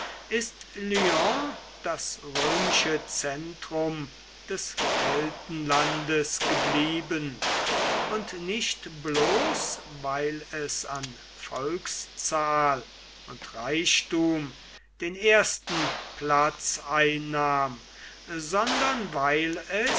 ist lyon das römische zentrum des keltenlandes geblieben und nicht bloß weil es an volkszahl und reichtum den ersten platz einnahm sondern weil